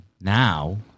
now